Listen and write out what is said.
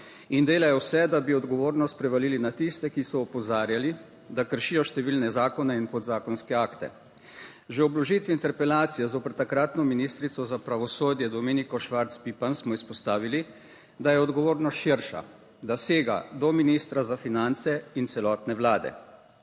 in delajo vse, da bi odgovornost prevalili na tiste, ki so opozarjali, da kršijo številne zakone in podzakonske akte. Že ob vložitvi interpelacije zoper takratno ministrico za pravosodje Dominiko Švarc Pipan smo izpostavili, da je odgovornost širša, da sega do ministra za finance in celotne Vlade.